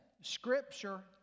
Scripture